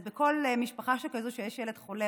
אז בכל משפחה כזאת שיש בה ילד חולה,